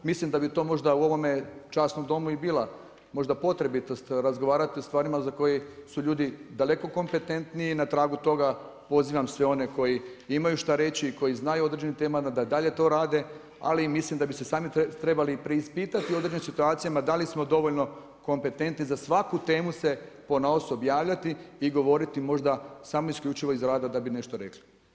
Mislim da bi to možda u ovome časnom Domu i bila potrebitost razgovarati o stvarima za koje su ljudi daleko kompetentniji i na tragu toga pozivam sve one koji imaju šta reći i koji znaju o određenim temama da dalje to rade, ali mislim da bi se sami trebali preispitati u određenim situacijama da li smo dovoljno kompetentni za svaku temu se ponaosob javljati i govoriti možda samo isključivo iz rada da bi nešto rekli.